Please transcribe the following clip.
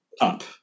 up